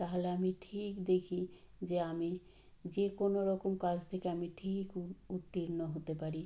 তাহলে আমি ঠিক দেখি যে আমি যে কোনও রকম কাজ থেকে আমি ঠিক উ উত্তীর্ণ হতে পারি